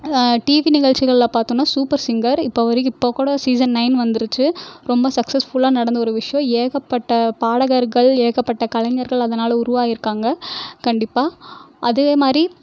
TV நிகழ்ச்சிகளில் பார்த்தோன்னா super singer இப்போ வரைக்கும் இப்போ கூட சீசன் நைன் வந்துருச்சு ரொம்ப சக்ஸஸ்ஃபுல்லாக நடந்த ஒரு விஷயம் ஏகப்பட்ட பாடகர்கள் ஏகப்பட்ட கலைஞர்கள் அதனால் உருவாகியிருக்காங்க கண்டிப்பாக அதேமாதிரி